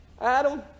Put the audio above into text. Adam